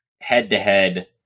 head-to-head